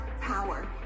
power